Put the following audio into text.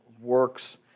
works